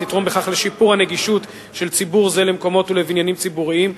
ותתרום בכך לשיפור הנגישות של ציבור זה למקומות ולבניינים ציבוריים.